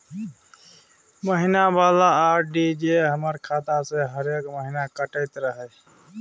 महीना वाला आर.डी जे हमर खाता से हरेक महीना कटैत रहे?